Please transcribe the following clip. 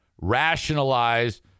rationalize